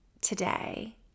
today